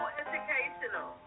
educational